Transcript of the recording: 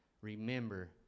Remember